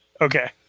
Okay